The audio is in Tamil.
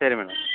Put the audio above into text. சரி மேடம்